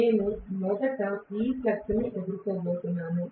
నేను మొదట ఈ ఫ్లక్స్ను ఎదుర్కోబోతున్నాను